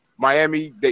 Miami